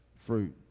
fruit